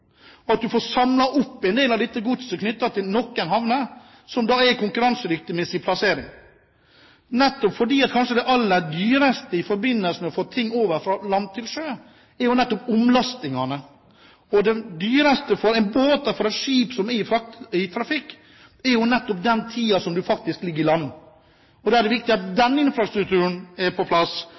at man får samlet opp en del av dette godset til noen havner som er konkurransedyktige med sin plassering, fordi kanskje det aller dyreste i forbindelse med å få ting over fra land til sjø, er nettopp omlastingene. Det dyreste for en båt, for et skip, som er i trafikk, er den tiden man faktisk ligger i land. Da er det viktig at den infrastrukturen er på plass,